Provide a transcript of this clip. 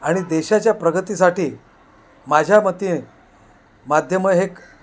आणि देशाच्या प्रगतीसाठी माझ्या मते माध्यमं हे